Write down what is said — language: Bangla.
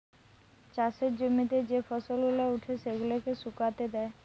চাষের জমিতে যে ফসল গুলা উঠে সেগুলাকে শুকাতে দেয়